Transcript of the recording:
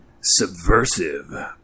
subversive